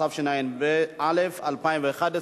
התשע"א 2011,